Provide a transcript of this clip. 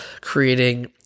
creating